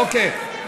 אוקיי.